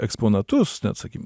eksponatus ten sakykim